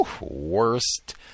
worst